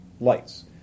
lights